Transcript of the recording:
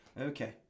Okay